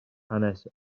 hanes